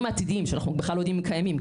העתידיים שאנחנו בכלל לא יודעים אם הם קיימים,